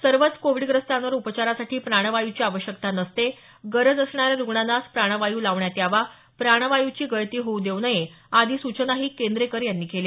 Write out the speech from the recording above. सर्वच कोविडग्रस्तांवर उपचारासाठी प्राणवायूची आवश्यकता नसते गरज असणाऱ्या रुग्णांनांच प्राणवायू लावण्यात यावा प्राणवायूची गळती होऊ देऊ नये आदी सूचनाही केंद्रेकर यांनी केल्या